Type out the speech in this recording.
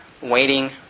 waiting